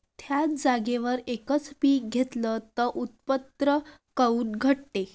थ्याच जागेवर यकच पीक घेतलं त उत्पन्न काऊन घटते?